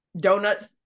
donuts